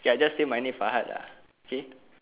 ya just say my name farhad lah okay